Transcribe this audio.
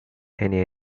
any